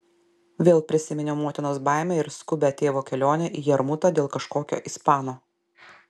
vėl prisiminiau motinos baimę ir skubią tėvo kelionę į jarmutą dėl kažkokio ispano